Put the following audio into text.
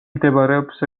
მდებარეობს